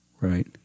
Right